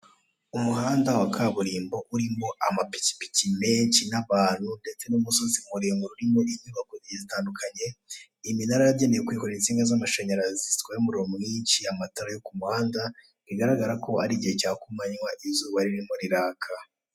Umuhanda wa kaburimbo urimo amapikipiki menshi n'abantu ndetse n'umusozi muremure urimo inyubako zigiye zitandukanye, iminara yagenewe kwikorera insinga z'amashanyarazi zitwara umuriro mwinshi, amatara yo ku muhanda bigaragara ko ari igihe cya kumanywa izuba ririmo riraka.